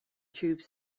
tube